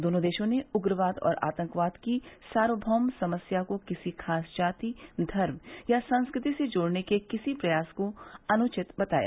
दोनों देशों ने उग्रवाद और आतंकवाद की सार्क्नौम समस्या को किसी खास जाति धर्म या संस्कृति से जोड़ने के किसी प्रयास को अनुचित बताया